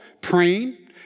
praying